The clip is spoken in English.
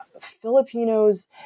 Filipinos